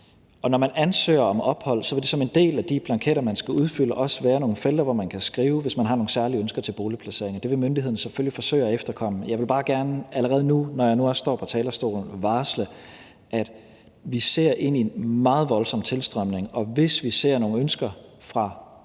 på. Når man ansøger om ophold, vil der som en del af de blanketter, man skal udfylde, også være nogle felter, hvor man kan skrive det, hvis man har nogle særlige ønsker til boligplacering, og det vil myndighederne selvfølgelig forsøge at efterkomme. Jeg vil bare gerne allerede nu, når jeg nu også står på talerstolen, varsle, at vi ser ind i en meget voldsom tilstrømning, og hvis vi ser nogle ønsker fra rigtig mange